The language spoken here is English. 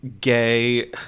gay